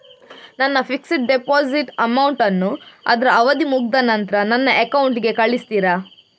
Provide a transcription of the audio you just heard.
ನನ್ನ fixed deposit amount ಅನ್ನು ಅದ್ರ ಅವಧಿ ಮುಗ್ದ ನಂತ್ರ ನನ್ನ ಅಕೌಂಟ್ ಗೆ ಕಳಿಸ್ತೀರಾ?